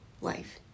life